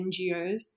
NGOs